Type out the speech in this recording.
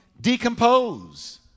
decompose